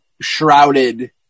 shrouded